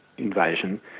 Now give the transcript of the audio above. invasion